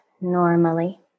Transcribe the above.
normally